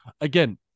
again